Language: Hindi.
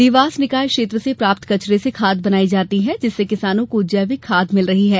देवास निकाय क्षेत्र से प्राप्त कचरे से खाद बनाई जाती है जिससे किसानो को जैविक खाद मिल रही है